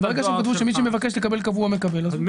כאשר כתבו שמי שמבקש לקבל באופן קבוע מקבל אז הוא מקבל.